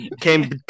came